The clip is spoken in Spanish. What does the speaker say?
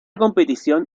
competición